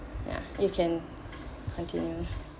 ya you can continue